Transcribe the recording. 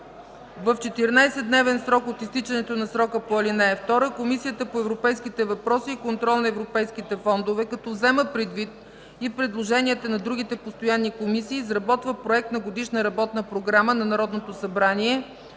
В 14-дневен срок от изтичането на срока по ал. 2 Комисията по европейските въпроси и контрол на европейските фондове, като взема предвид и предложенията на другите постоянни комисии, изработва Проект на годишна работна програма на Народното събрание